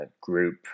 group